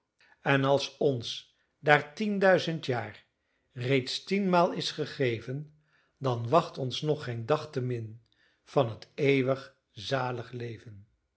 en als ons daar tienduizend jaar reeds tienmaal is gegeven dan wacht ons nog geen dag te min van t eeuwig zalig leven